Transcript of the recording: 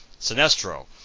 Sinestro